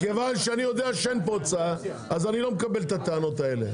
מכיוון שאני יודע שאין פה הוצאה אז אני לא מקבל את הטענות האלה.